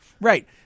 Right